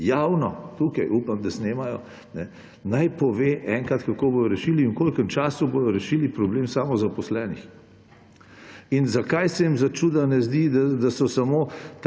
Javno tukaj, upam, da snemajo, naj povedo enkrat, kako bodo rešili in v kolikem času bodo rešili problem samozaposlenih. In zakaj se jim začuda ne zdi, da so samo